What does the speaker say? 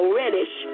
reddish